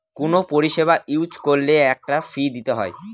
কোনো পরিষেবা ইউজ করলে একটা ফী দিতে হয়